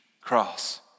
cross